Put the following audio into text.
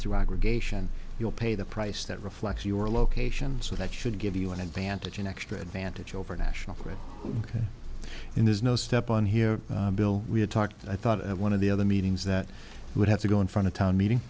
through aggregation you'll pay the price that reflects your location so that should give you an advantage an extra advantage over a national grid and there's no step on here bill we have talked and i thought one of the other meetings that would have to go in front of town meeting